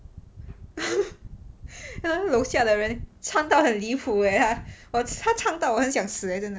楼下的人唱到很离谱 leh 他他唱到我很想死 leh 真的